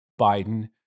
Biden